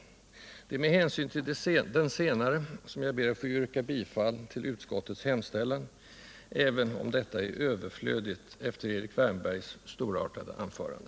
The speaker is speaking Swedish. Det är med hänsyn till den senare som jag ber att få yrka bifall till utskottets hemställan, även om detta förefaller överflödigt efter Erik Wärnbergs storartade anförande.